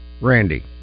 Randy